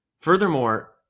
Furthermore